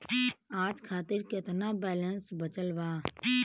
आज खातिर केतना बैलैंस बचल बा?